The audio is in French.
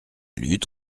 lutte